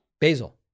Basil